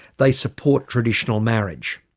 they support traditional marriage.